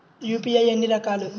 UPI ఎన్ని రకాలు?